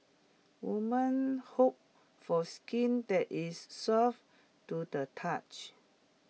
woman hope for skin that is soft to the touch